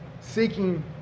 seeking